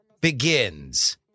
begins